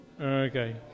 Okay